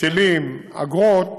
היטלים ואגרות